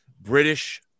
British